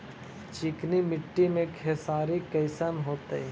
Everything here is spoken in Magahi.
चिकनकी मट्टी मे खेसारी कैसन होतै?